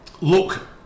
look